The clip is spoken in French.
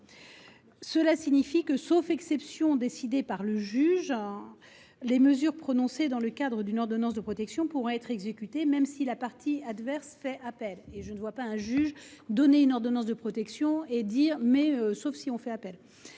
Cela signifie que, sauf exception décidée par le juge, les mesures prononcées dans le cadre d’une ordonnance de protection pourront être exécutées, même si la partie adverse fait appel. Je ne vois pas un juge accorder une ordonnance de protection, sauf s’il y avait appel…